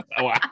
Wow